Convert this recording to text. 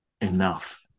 Enough